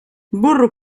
burro